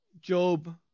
Job